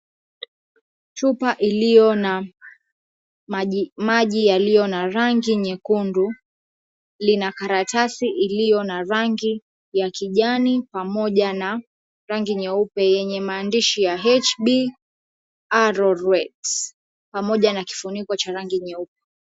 Chupa iliyo na maji yaliyo na rangi nyekundu lina karatasi iliyo na rangi ya kijani pamoja na rangi nyeupe yenye maandishi ya HB Arorwet, pamoja na kifuniko cha rangi nyeupe.